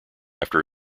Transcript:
after